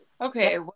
Okay